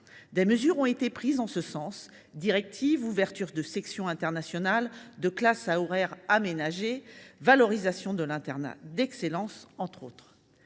Des mesures ont été prises en ce sens : directives, ouverture de sections internationales et de classes à horaires aménagés, valorisation de l’internat d’excellence… À l’échelle